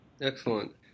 Excellent